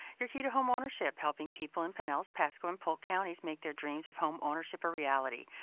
your key to home ownership, helping people in pinellas, pasco, and polk counties make their dreams of home ownership a reality.